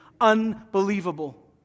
unbelievable